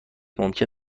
ممکن